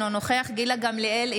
אינו נוכח גילה גמליאל,